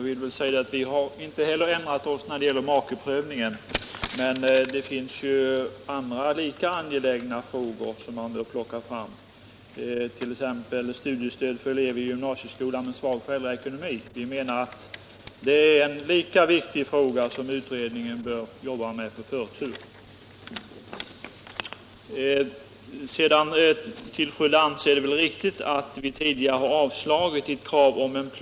Herr talman! Vi har inte heller ändrat oss när det gäller makeprövningen, men det finns andra lika angelägna frågor som man bör plocka fram, t.ex. studiestöd för elever i gymnasieskolan med svag föräldraekonomi. Vi menar att det är en lika viktig fråga för utredningen att behandla med förtur. Till fru Lantz vill jag säga att det är riktigt att vi tidigare har avslagit ett krav om en plan.